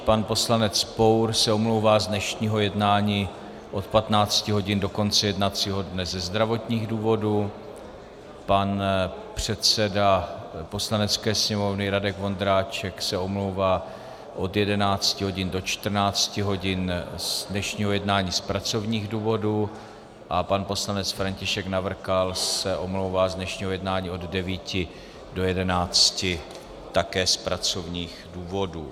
Pan poslanec Pour se omlouvá z dnešního jednání od 15 hodin do konce jednacího dne ze zdravotních důvodů, pan předseda Poslanecké sněmovny Radek Vondráček se omlouvá od 11 hodin do 14 hodin z dnešního jednání z pracovních důvodů a pan poslanec František Navrkal se omlouvá z dnešního jednání od 9 hodin do 11 hodin také z pracovních důvodů.